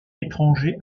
étrangers